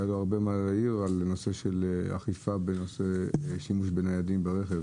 היה לו הרבה מה להעיר על נושא אכיפה על שימוש בניידים ברכב